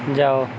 ଯାଅ